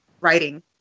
writing